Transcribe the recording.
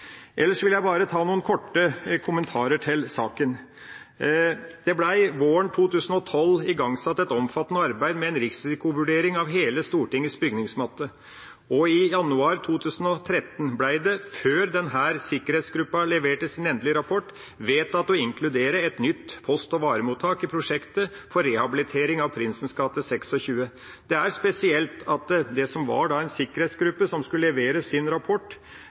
vil jeg bare gi noen korte kommentarer til saken. Det ble våren 2012 igangsatt et omfattende arbeid med en risikovurdering av hele Stortingets bygningsmasse. I januar 2013 ble det, før sikkerhetsgruppa hadde levert sin endelige rapport, vedtatt å inkludere et nytt post- og varemottak i prosjektet for rehabilitering av Prinsens gate 26. Det er spesielt at rapporten fra det som var en sikkerhetsgruppe,